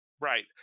Right